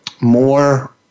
more